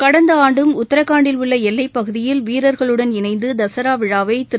கடந்த ஆண்டும் உத்தரகாண்டில் உள்ள எல்லைப் பகுதியில் வீரர்களுடன் இணைந்து தசரா விழாவை திரு